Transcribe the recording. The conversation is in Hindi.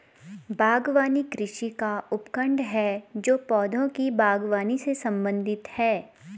बागवानी कृषि का उपखंड है जो पौधों की बागवानी से संबंधित है